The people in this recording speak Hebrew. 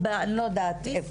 לדעתי,